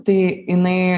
tai jinai